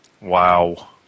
Wow